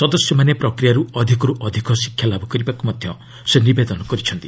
ସଦସ୍ୟମାନେ ପ୍ରକ୍ରିୟାରୁ ଅଧିକରୁ ଅଧିକ ଶିକ୍ଷାଲାଭ କରିବାକୁ ମଧ୍ୟ ସେ ନିବେଦନ କରିଛନ୍ତି